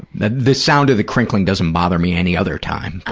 the the sound of the crinkling doesn't bother me any other time.